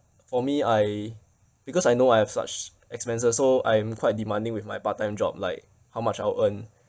for me I because I know I have such expenses so I'm quite demanding with my part time job like how much I'll earn